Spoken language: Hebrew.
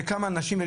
בכמה אנשים,